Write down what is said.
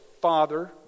Father